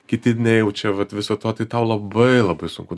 kiti nejaučia vat viso to tai tau labai labai sunku